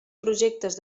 projectes